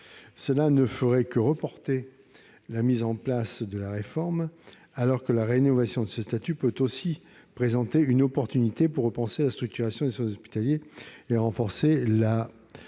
Cela ne ferait que reporter la mise en place de la réforme, alors que la rénovation de ce statut peut aussi présenter une opportunité pour repenser la structuration des soins hospitaliers et renforcer la liaison